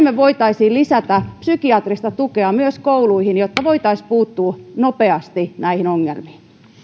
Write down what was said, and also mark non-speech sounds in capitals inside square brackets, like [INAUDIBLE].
[UNINTELLIGIBLE] me voisimme lisätä psykiatrista tukea myös kouluihin jotta voitaisiin puuttuu nopeasti näihin ongelmiin